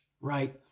right